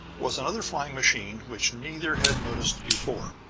was another flying machine which neither had noticed before.